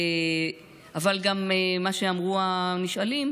אבל גם מה שאמרו הנשאלים,